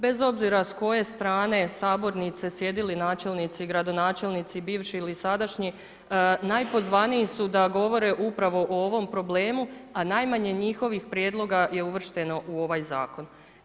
Bez obzira s koje strane sabornice sjedili načelnici ili gradonačelnici, bivši ili sadašnji, najpozvaniji su da govore upravo o ovom problemu, a najmanje njihovih prijedloga je uvršteno u ovaj zakon.